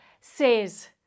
says